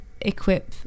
equip